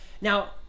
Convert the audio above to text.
Now